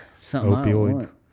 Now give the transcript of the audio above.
Opioids